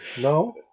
No